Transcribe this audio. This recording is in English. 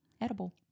edible